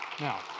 Now